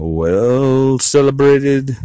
well-celebrated